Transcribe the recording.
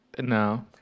No